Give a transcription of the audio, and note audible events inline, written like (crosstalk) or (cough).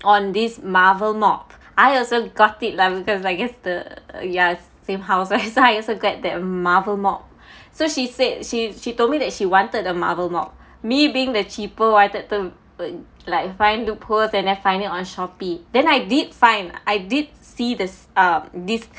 on this marvel mop I also got it lah because I guess the ya same house that's why I also get that marvel mop (breath) so she said she she told me that she wanted a marvel mop me being the cheapo wanted to like find the post and then find it on Shopee then I did find I did see this uh this